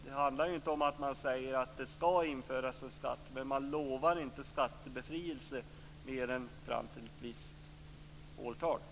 Det handlar inte om att det skall införas en skatt, men man lovar inte skattebefrielse mer än fram till ett visst årtal.